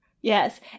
Yes